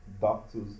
doctors